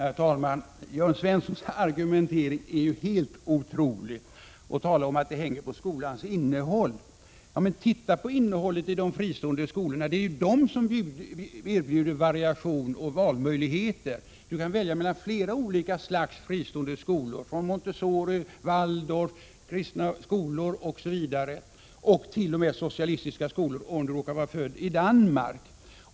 Herr talman! Jörn Svenssons argumentering är ju helt otrolig. Han talar om att det hänger på skolans innehåll. Titta på innehållet i de fristående skolorna! Det är ju de som erbjuder variation och valmöjligheter. Man kan välja mellan flera olika slags skolor: Montessoriskolor, Waldorfskolor, kristna skolor och t.o.m. socialistiska skolor, om man råkar vara född i Danmark.